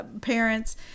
parents